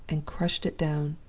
and crushed it down.